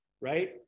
right